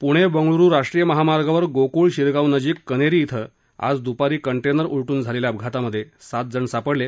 प्णे बंगळूर राष्ट्रीय महामार्गावर गोक्ळ शिरगावनजीक कनेरी क्वि आज द्पारी कंटेनर उलट्रन झालेल्या अपघातामध्ये सातजण सापडले